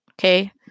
okay